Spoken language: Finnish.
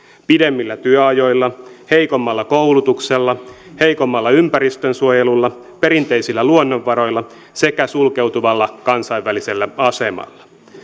pidemmillä työajoilla heikommalla koulutuksella heikommalla ympäristönsuojelulla perinteisillä luonnonvaroilla sekä sulkeutuvalla kansainvälisellä asemalla